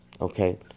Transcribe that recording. okay